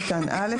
(1)בסעיף קטן (א),